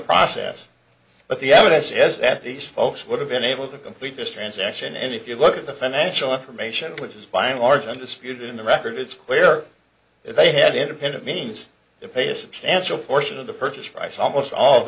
process but the evidence is that these folks would have been able to complete this transaction and if you look at the financial information which is by and large undisputed in the record it's clear that they had independent means to pay a substantial portion of the purchase price almost all of